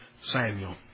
Samuel